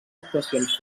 actuacions